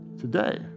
Today